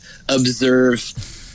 observe